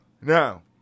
Now